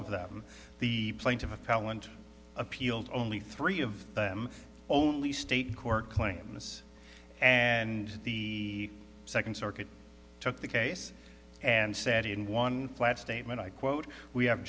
of them the plaintiff appellant appealed only three of them only state court claims and the second circuit took the case and said in one flat statement i quote we have